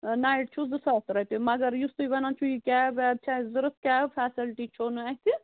night چھُو زٕ ساس رۄپیہِ مگر یُس تُہۍ ونان چھُو یہِ کیب ویٖب چھِ اَسہِ ضروٗرت کیب فیسلٹی چھو نہٕ اَسہِ